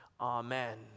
Amen